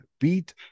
beat